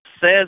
says